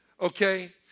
okay